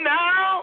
now